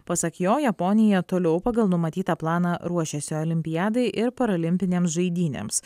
pasak jo japonija toliau pagal numatytą planą ruošiasi olimpiadai ir parolimpinėms žaidynėms